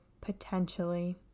potentially